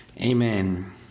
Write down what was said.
Amen